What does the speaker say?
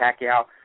Pacquiao